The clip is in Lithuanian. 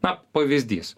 na pavyzdys